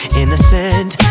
innocent